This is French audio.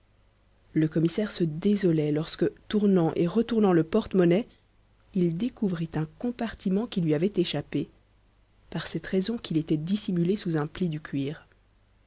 le commissaire se désolait lorsque tournant et retournant le porte-monnaie il découvrit un compartiment qui lui avait échappé par cette raison qu'il était dissimulé sous un repli du cuir